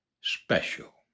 special